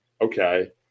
okay